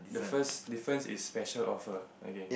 the first difference is special offer okay